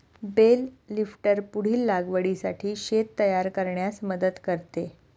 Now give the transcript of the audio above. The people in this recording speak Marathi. बेल लिफ्टर पुढील लागवडीसाठी शेत तयार करण्यास मदत करते